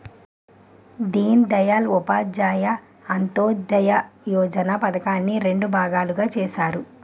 దీన్ దయాల్ ఉపాధ్యాయ అంత్యోదయ యోజన పధకాన్ని రెండు భాగాలుగా చేసారు